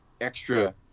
extra